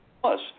plus